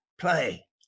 play